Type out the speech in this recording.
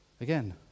Again